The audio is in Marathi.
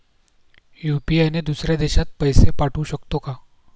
यु.पी.आय ने दुसऱ्या देशात पैसे पाठवू शकतो का?